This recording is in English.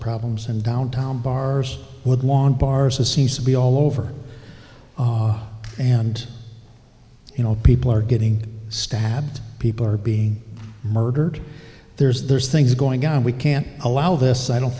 problems and downtown bars woodlawn bars it seems to be all over and you know people are getting stabbed people are being murdered there's there's things going on we can't allow this i don't